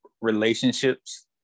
relationships